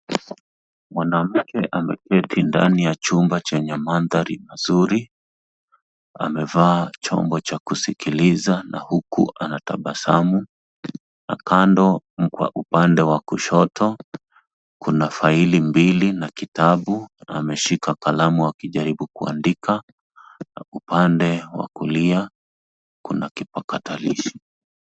Mwanamke ameketi ndani ya chumba chenye maadhari mazuri, amevaa chombo cha kusikiliza na huku anatabasamu, na kando kwa upande wa kushoto kuna faili mbili na kitabu ameshika kalamu akijaribu kuandika na upande wa kulia kuna kipakatalishi.